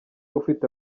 ufite